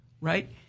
right